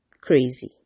crazy